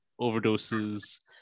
overdoses